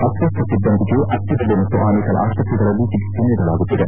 ಅಸ್ವಸ್ಥ ಸಿಬ್ಬಂದಿಗೆ ಅತ್ತಿದೆಲೆ ಮತ್ತು ಆನೇಕಲ್ ಆಸ್ಪತ್ರೆಗಳಲ್ಲಿ ಚಿಕಿತ್ಸೆ ನೀಡಲಾಗುತ್ತಿದೆ